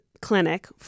Clinic